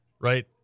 right